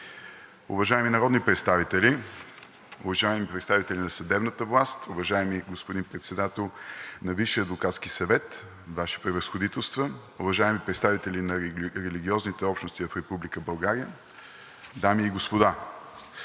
уважаеми народни представители, уважаеми представители на съдебната власт, уважаеми господин Председател на Висшия адвокатски съвет, Ваши Превъзходителства, уважаеми представители на религиозните общности в Република България, дами и господа!